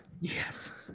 yes